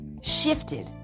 shifted